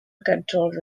control